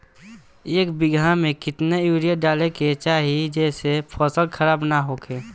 एक बीघा में केतना यूरिया डाले के चाहि जेसे फसल खराब ना होख?